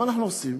מה אנחנו עושים?